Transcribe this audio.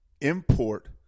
import